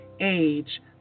age